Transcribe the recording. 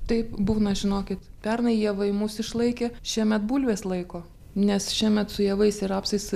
taip būna žinokit pernai javai mus išlaikė šiemet bulvės laiko nes šiemet su javais ir rapsais